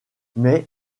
mais